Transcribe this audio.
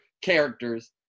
characters